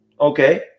okay